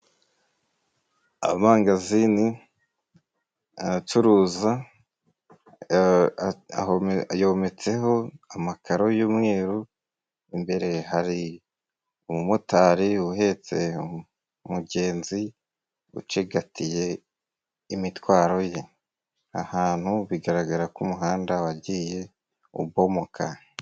Amangazini aracuruza, yometseho amakaro y'umweru, imbere hari umumotari uhetse umugenzi ucigatiye imitwaro ye, ahantu bigaragara ko umuhanda wagiye ubomoka.